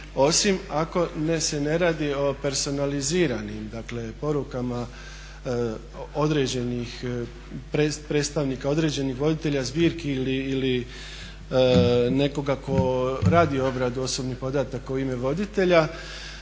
osim ako se ne radi o personaliziranim, dakle porukama određenih, predstavnika određenih voditelja zbirki ili nekoga tko radi obradu osobnih podataka u ime voditelja.